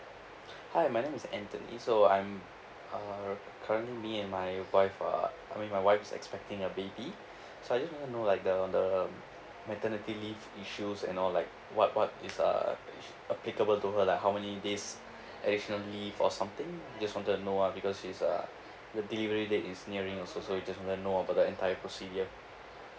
hi my name is anthony so I'm uh currently me and my wife uh I mean my wife's expecting a baby so I just want to know like the the maternity leave issues and all like what what is uh applicable to her like how many days additionally for something just wanted to know ah because is uh the delivery date is nearing also so we just wanna know about the entire procedure